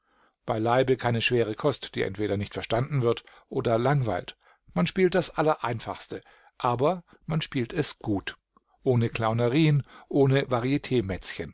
beileibe keine schwere kost die entweder nicht verstanden wird oder langweilt man spielt das allereinfachste aber man spielt es gut ohne clownerien ohne